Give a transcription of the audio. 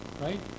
right